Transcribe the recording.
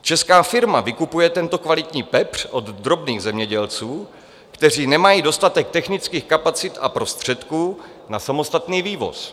Česká firma vykupuje tento kvalitní pepř od drobných zemědělců, kteří nemají dostatek technických kapacit a prostředků na samostatný vývoz.